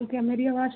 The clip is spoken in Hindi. ताे क्या मेरी आवाज़